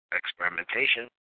experimentation